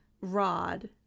rod